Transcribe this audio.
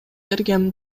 бергем